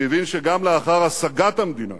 הוא הבין שגם לאחר השגת המדינה